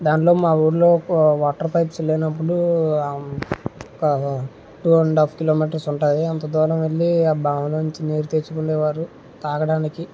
దాంట్లో మా ఊరిలో వాటర్ పైప్స్ లేనప్పుడు టు అండ్ హాఫ్ కిలోమీటర్స్ ఉంటుంది అంత దూరం వెళ్ళి ఆ బావిలో నుంచి నీరు తెచ్చుకునేవారు తాగడానికి